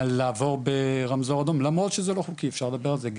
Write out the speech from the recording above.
לעבור ברמזור אדום למרות שזה לא חוקי אפשר לדבר על זה,